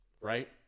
right